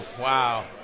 Wow